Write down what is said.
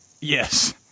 Yes